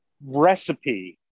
recipe